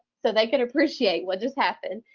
so they could appreciate what just happened,